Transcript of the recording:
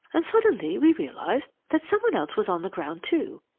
and suddenly we realized that some one else was on the ground too,